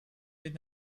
did